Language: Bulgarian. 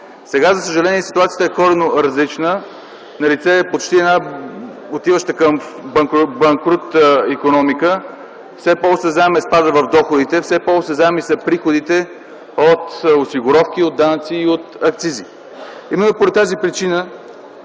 Сега, за съжаление, ситуацията е коренно различна. Налице е почти една отиваща към банкрут икономика, все по-осезаем е спада в доходите, все по-осезаеми са приходите от осигуровки, от данъци и от акцизи. Именно поради тази причина